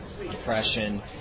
depression